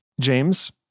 james